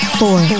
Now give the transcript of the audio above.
four